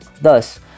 thus